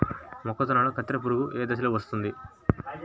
మొక్కజొన్నలో కత్తెర పురుగు ఏ దశలో వస్తుంది?